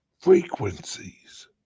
frequencies